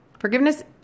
Forgiveness